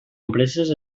empreses